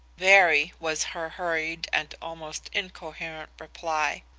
very, was her hurried and almost incoherent reply.